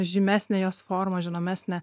žymesnė jos forma žinomesnė